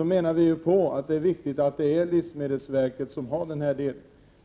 anser det viktigt att livsmedelsverket har hand om den delen.